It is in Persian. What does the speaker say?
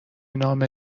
نام